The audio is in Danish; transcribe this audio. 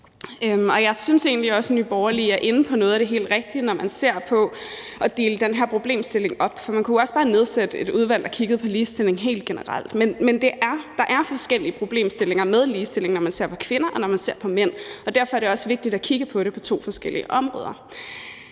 egentlig også, at Nye Borgerlige er inde på noget af det helt rigtige, når man taler om at dele den her problemstilling op, for man kunne også bare nedsætte et udvalg, der kiggede på ligestilling generelt, men der er tale om forskellige problemstillinger med ligestilling, når det gælder kvinder og mænd, og derfor er det også vigtigt at kigge på de to områder